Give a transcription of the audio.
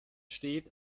steht